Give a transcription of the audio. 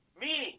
meaning